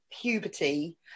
puberty